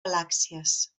galàxies